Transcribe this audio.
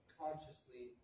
consciously